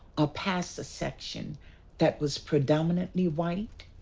or passed a section that was predominantly white,